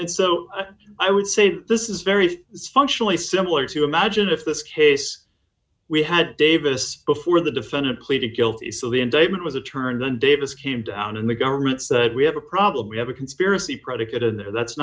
and so i would say this is very functionally similar to imagine if this case we had davis before the defendant pleaded guilty so the indictment was a turn davis came down and the government said we have a problem we have a conspiracy predicate in there that's